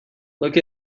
look